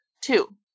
Two